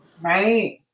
Right